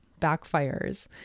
backfires